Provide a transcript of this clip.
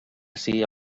ací